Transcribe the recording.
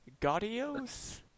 gaudios